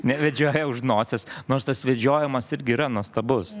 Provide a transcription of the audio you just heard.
nevedžioja už nosies nors tas vedžiojimas irgi yra nuostabus